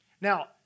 Now